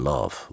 Love